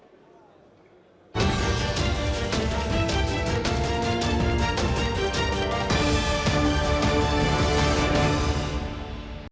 Дякую.